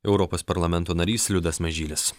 europos parlamento narys liudas mažylis